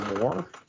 more